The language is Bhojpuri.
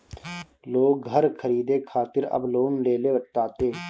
लोग घर खरीदे खातिर अब लोन लेले ताटे